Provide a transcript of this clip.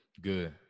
Good